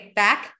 back